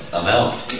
amount